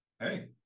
Hey